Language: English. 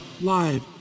live